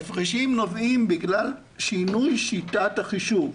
ההפרשים נובעים בגלל שינוי שיטת החישוב.